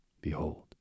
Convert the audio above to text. behold